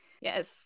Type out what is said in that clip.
Yes